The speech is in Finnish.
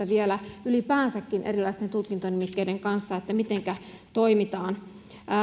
vielä ylipäänsäkin erilaisten tutkintonimikkeiden kanssa mitenkä toimitaan